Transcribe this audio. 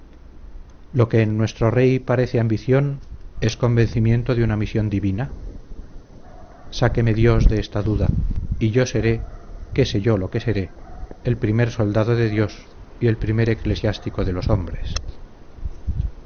lo que en nuestro rey parece ambición es convencimiento de una misión divina sáqueme dios de esta duda y yo seré qué sé yo lo que seré el primer soldado de dios y el primer eclesiástico de los hombres